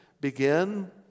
Begin